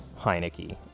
Heineke